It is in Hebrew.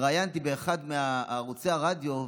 התראיינתי באחד מערוצי הרדיו,